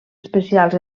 especials